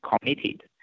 committed